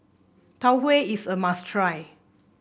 Tau Huay is a must try